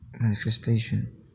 manifestation